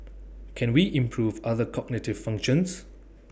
can we improve other cognitive functions